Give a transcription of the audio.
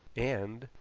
and,